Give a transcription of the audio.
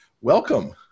Welcome